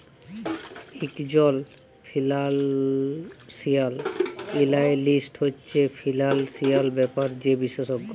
ইকজল financial analyst হছে financial ব্যাপারে যে বিশেষজ্ঞ